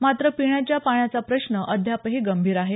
मात्र पिण्याच्या पाण्याचा प्रश्न अद्यापही गंभीर आहे